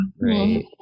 right